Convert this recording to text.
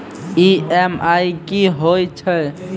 EMI कि होय छै?